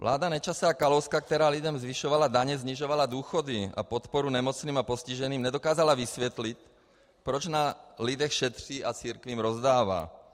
Vláda Nečase a Kalouska, která lidem zvyšovala daně, snižovala důchody a podporu nemocným a postiženým, nedokázala vysvětlit, proč na lidech šetří a církvím rozdává.